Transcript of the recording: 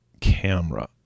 camera